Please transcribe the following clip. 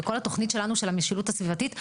וכל התוכנית שלנו של המשילות הסביבתית,